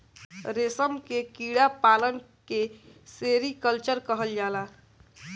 रेशम के कीड़ा पालन के सेरीकल्चर कहल जाला